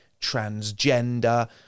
transgender